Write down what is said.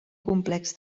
complex